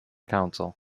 council